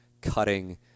cutting